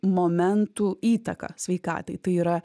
momentų įtaką sveikatai tai yra